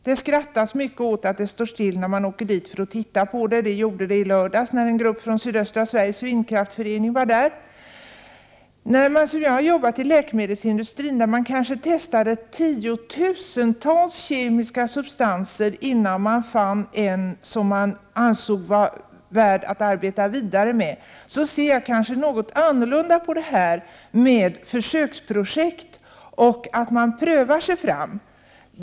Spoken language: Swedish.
Man skrattar mycket åt att det står still när man åker dit för att titta på anläggningen. Så gjordes även i lördags, då en grupp från sydöstra Sveriges vindkraftsförening var där. Eftersom jag har arbetat inom läkemedelsindustrin, där man testade tiotusentals kemiska substanser innan man fann en som man ansåg vara värd att arbeta vidare med, ser jag kanske något annorlunda på detta med försöksprojekt och med att man prövar sig fram.